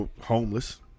homeless